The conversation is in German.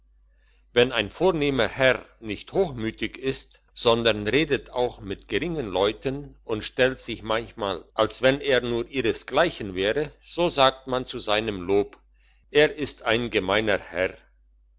wenn ein vornehmer herr nicht hochmütig ist sondern redet auch mit geringen leuten und stellt sich manchmal als wenn er nur ihresgleichen wäre so sagt man zu seinem lob er ist ein gemeiner herr